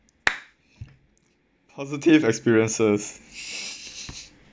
positive experiences